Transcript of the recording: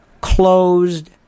closed